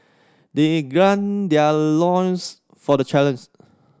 they their loins for the challenge